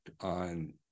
on